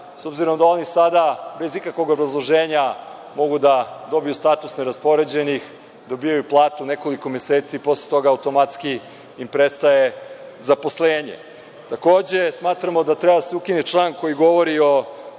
s obzirom da oni sada bez ikakvog obrazloženja mogu da dobiju status neraspoređenih, dobijaju platu nekoliko meseci, a posle toga automatski im prestaje zaposlenje. Takođe, smatramo da treba da se ukine član koji govori o